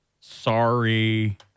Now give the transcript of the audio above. Sorry